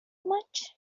much